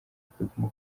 akaguma